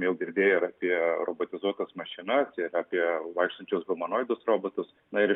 jau girdėję apie robotizuotas mašinas ir apie vaikštančius humanoidus robotus na ir